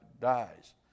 dies